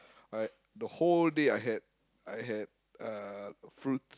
I the whole day I had I had uh fruits